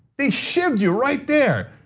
they shivved you right there,